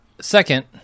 second